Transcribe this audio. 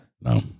No